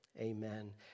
Amen